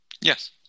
Yes